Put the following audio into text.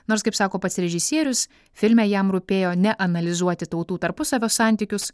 nors kaip sako pats režisierius filme jam rūpėjo ne analizuoti tautų tarpusavio santykius